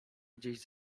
gdzieś